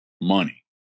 money